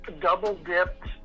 double-dipped